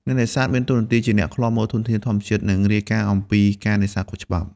អ្នកនេសាទមានតួនាទីជា អ្នកឃ្លាំមើល ធនធានធម្មជាតិ និងរាយការណ៍អំពីការនេសាទខុសច្បាប់។